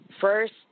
first